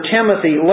Timothy